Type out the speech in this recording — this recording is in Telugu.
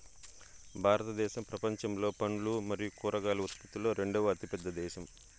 భారతదేశం ప్రపంచంలో పండ్లు మరియు కూరగాయల ఉత్పత్తిలో రెండవ అతిపెద్ద దేశం